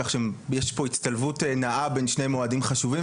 כך שיש פה הצטלבות נאה בין שני מועדים חשובים,